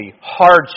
hardship